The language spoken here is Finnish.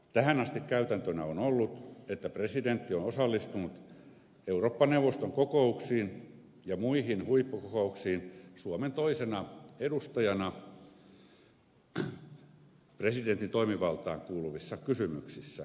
tähän asti käytäntönä on ollut että presidentti on osallistunut eurooppa neuvoston kokouksiin ja muihin huippukokouksiin suomen toisena edustajana presidentin toimivaltaan kuuluvissa kysymyksissä